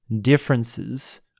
differences